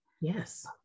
Yes